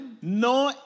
no